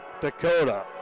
Dakota